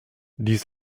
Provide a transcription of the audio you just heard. dies